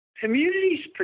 Communities